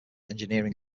engineering